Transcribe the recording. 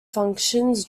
functions